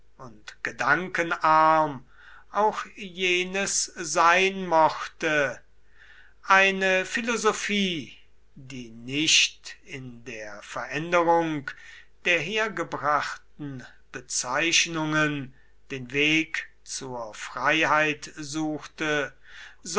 und gedankenarm auch jenes sein mochte eine philosophie die nicht in der veränderung der hergebrachten bezeichnungen den weg zur freiheit suchte